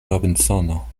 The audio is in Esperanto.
robinsono